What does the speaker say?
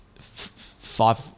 Five